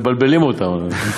מבלבלים אותם.